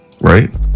right